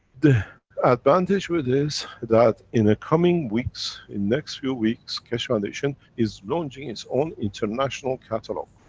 the advantage with this, that in a coming weeks, in next few weeks, keshe foundation is launching its own international catalog.